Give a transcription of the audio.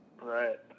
right